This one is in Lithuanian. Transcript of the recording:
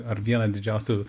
ar vieną didžiausių